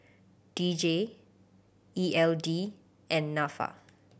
D J E L D and Nafa